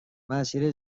مسیر